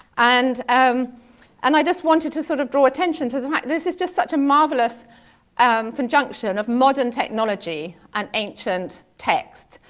and um and i just wanted to sort of draw attention to the fact this is just such a marvelous um conjunction of modern technology and ancient text.